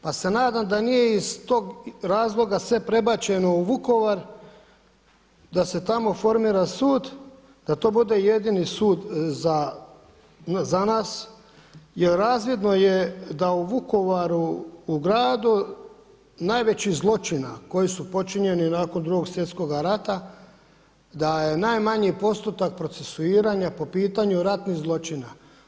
Pa se nadam da nije iz tog razloga sve prebačeno u Vukovar da se tamo formira sud da to bude jedini sud za nas, jer razvidno je da u Vukovaru u gradu najvećih zločina koji su počinjeni nakon 2. svjetskoga rata da je najmanji postotak procesuiranja po pitanja ratnih zločina.